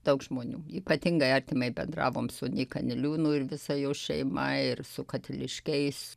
daug žmonių ypatingai artimai bendravom su nyka niliūnu ir visa jo šeima ir su katiliškiais